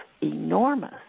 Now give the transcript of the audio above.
enormous